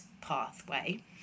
pathway